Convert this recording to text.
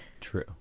True